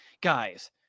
Guys